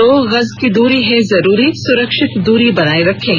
दो गज की दूरी है जरूरी सुरक्षित दूरी बनाए रखें